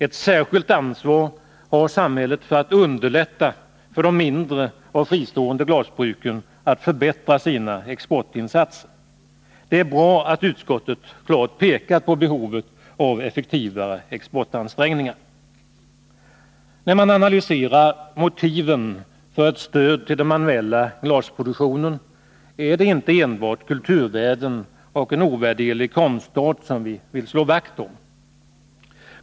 Ett särskilt ansvar har samhället för att underlätta för de mindre och fristående glasbruken att förbättra sina exportinsatser. Det är bra att utskottet klart har pekat på behovet av effektivare exportansträngningar. Motiven för ett stöd till den manuella glasproduktionen är inte enbart att vi vill slå vakt om kulturvärden och en ovärderlig konstart.